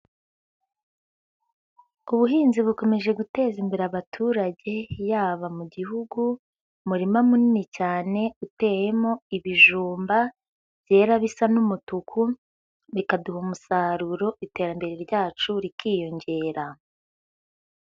Ubuhinzi bukomeje guteza imbere abaturage, yaba mu gihugu, umurima munini cyane uteyemo ibijumba, byera bisa n'umutuku, bikaduha umusaruro, iterambere ryacu rikiyongera.